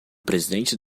presidente